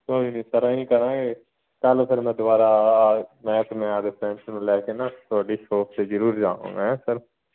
ਕੋਈ ਨਹੀਂ ਸਰ ਅਸੀਂ ਕਰਾਂਗੇ ਕੱਲ੍ਹ ਫਿਰ ਮੈਂ ਦੁਬਾਰਾ ਆ ਮੈਂ ਅਤੇ ਮੈਂ ਆਪਦੇ ਫਰੈਂਡਸ ਨੂੰ ਲੈ ਕੇ ਨਾ ਤੁਹਾਡੀ ਸ਼ੋਪ 'ਤੇ ਜ਼ਰੂਰ ਜਾਵਾਂਗਾ ਹੈਂ ਸਰ